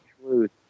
truth